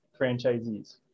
franchisees